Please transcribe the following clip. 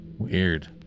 weird